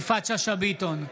יפעת שאשא ביטון,